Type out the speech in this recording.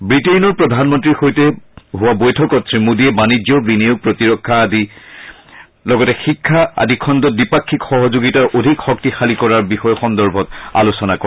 ৱিটেইনৰ প্ৰধানমন্তীৰ সৈতে হোৱা বৈঠকত শ্ৰীমোডীয়ে বাণিজ্য বিনিয়োগ প্ৰতিৰক্ষা আৰু শিক্ষা আদি খণ্ডত দ্বিপাক্ষিক সহযোগিতা অধিক শক্তিশালী কৰাৰ বিষয় সন্দৰ্ভত আলোচনা কৰে